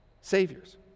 saviors